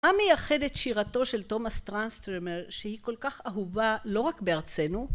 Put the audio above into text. מה מייחד את שירתו של תומאס טרנסטרמר שהיא כל כך אהובה לא רק בארצנו?